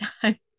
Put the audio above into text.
time